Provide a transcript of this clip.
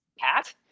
cat